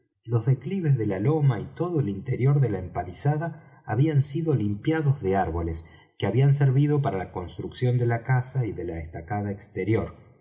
los declives de la loma y todo el interior de la empalizada habían sido limpiados de árboles que habían servido para la construcción de la casa y de la estacada exterior